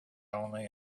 only